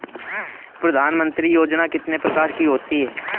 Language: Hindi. प्रधानमंत्री योजना कितने प्रकार की होती है?